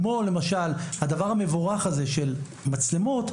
כמו למשל הדבר המבורך הזה של מצלמות,